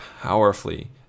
powerfully